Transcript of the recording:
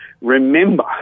remember